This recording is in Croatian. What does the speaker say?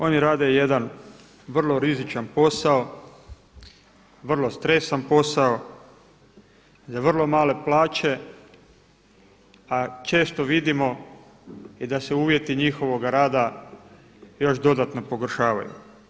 Oni rade jedan vrlo rizičan posao, vrlo stresan posao za vrlo male plaće a često vidimo i da se uvjeti njihovoga rada još dodatno pogoršavaju.